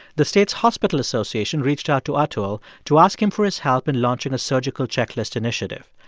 the state's hospital association reached out to atul to ask him for his help in launching a surgical checklist initiative.